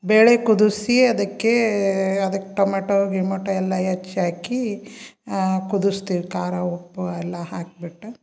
ಬೇಳೆ ಕುದಿಸಿ ಅದಕ್ಕೆ ಅದಕ್ಕೆ ಟೊಮೆಟೊ ಗಿಮೆಟೊ ಎಲ್ಲ ಹೆಚ್ಚಿ ಹಾಕಿ ಕುದುಸ್ತೀವಿ ಖಾರ ಉಪ್ಪು ಎಲ್ಲ ಹಾಕಿಬಿಟ್ಟು